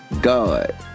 God